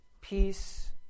peace